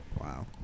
Wow